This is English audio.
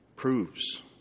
Proves